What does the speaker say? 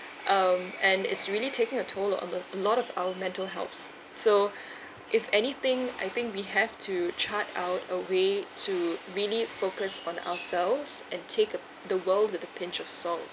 um and it's really taking a toll on the a lot of our mental healths so if anything I think we have to chart out a way to really focus on ourselves and take up the world with a pinch of salt